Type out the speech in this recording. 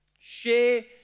Share